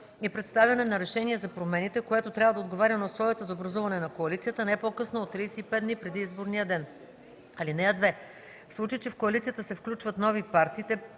и представяне на решение за промените, което трябва да отговаря на условията за образуване на коалицията, не по-късно от 35 дни преди изборния ден. (2) В случай че в коалицията се включат нови партии,